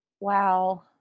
Wow